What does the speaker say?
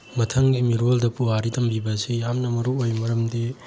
ꯃꯊꯪꯒꯤ ꯃꯤꯔꯣꯜꯗ ꯄꯨꯋꯥꯔꯤ ꯇꯝꯕꯤꯕ ꯑꯁꯤ ꯌꯥꯝꯅ ꯃꯔꯨꯑꯣꯏ ꯃꯔꯝꯗꯤ